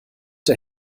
der